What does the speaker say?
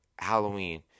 Halloween